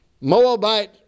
Moabite